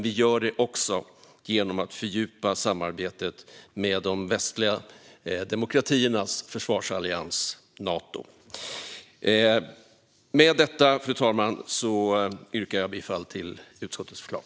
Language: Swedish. Vi gör det också genom att fördjupa samarbetet med de västliga demokratiernas försvarsallians, Nato. Jag yrkar härmed bifall till utskottets förslag.